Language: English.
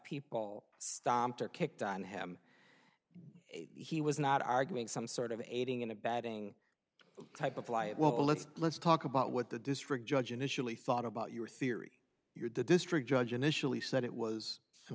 people stomped or kicked on him he was not arguing some sort of aiding and abetting type of flight well let's let's talk about what the district judge initially thought about your theory your the district judge initially said it was